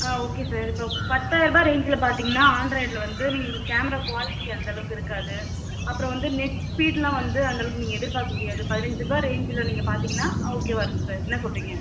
ஆ okay sir இப்பபோ பத்தாயரூபாய் ரேஞ்சில் பார்த்தீங்கன்னா ஆன்ட்ராய்டில் வந்து நீங்கள் கேமரா குவாலிட்டி அந்தளவுக்கு இருக்காது அப்புறம் வந்து நெட் ஸ்பீடுலாம் வந்து அந்தளவுக்கு நீங்கள் எதிர்பார்க்க முடியாது பதினனைஞ்சிரூபா ரேஞ்சில் நீங்கள் பார்த்தீங்கன்னா ஓகேவா இருக்கும் சார் என்ன சொல்கிறீங்க